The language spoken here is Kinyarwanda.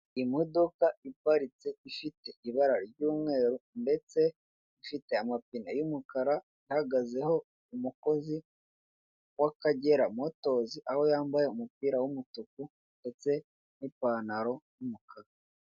Imodoka iparitse ifite ibara ry'umweru ndetse ifite amapine y'umukara, ihagazeho umukozi w'akagera motozi aho yambaye umupira w'umutuku ndetse n'ipantaro y'umukara.